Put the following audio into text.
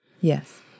Yes